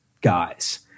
guys